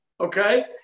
okay